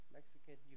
Mexican